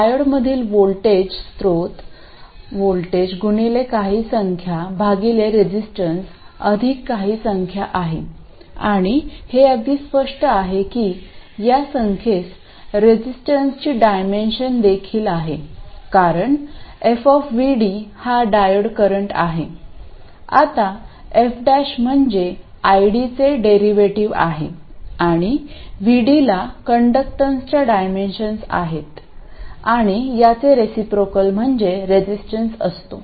diode मधील voltage स्त्रोत voltage गुणिले काही संख्या भागिले रेजिस्टन्स अधिक काही संख्या आहे आणि हे अगदी स्पष्ट आहे की या संख्येस रेजिस्टन्सची डायमेन्शन्स देखील आहेत कारण f हा डायोड करंट आहे आता f म्हणजे ID चे डेरिव्हेटिव्ह आहे आणि VD ला कंडक्टन्सच्या डायमेन्शन्स आहे आणि याचे रिसिप्रोकल म्हणजे रेजिस्टन्स असतो